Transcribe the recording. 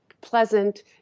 pleasant